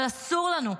אבל אסור לנו,